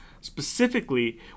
Specifically